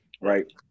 right